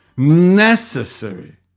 necessary